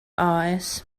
eyes